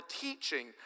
teaching